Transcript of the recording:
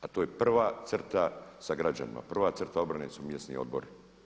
A to je prva crta sa građanima, prva crta obrane su mjesni odbori.